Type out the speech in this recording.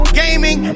gaming